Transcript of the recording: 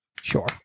Sure